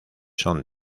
son